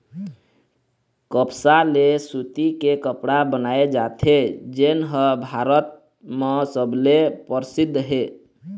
कपसा ले सूती के कपड़ा बनाए जाथे जेन ह भारत म सबले परसिद्ध हे